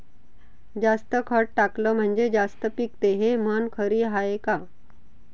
जास्त खत टाकलं म्हनजे जास्त पिकते हे म्हन खरी हाये का?